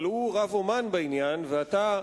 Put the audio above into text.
אבל הוא רב-אמן בעניין ואתה,